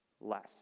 less